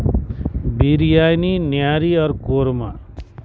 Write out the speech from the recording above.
بریانی نہاری اور قورمہ